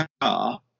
car